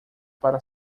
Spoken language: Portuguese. para